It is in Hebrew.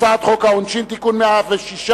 הצעת חוק העונשין (תיקון 106),